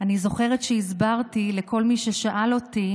אני זוכרת שהסברתי לכל מי ששאל אותי: